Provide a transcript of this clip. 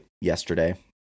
yesterday